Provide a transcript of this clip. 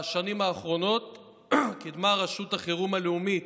בשנים האחרונות קידמה רשות החירום הלאומית,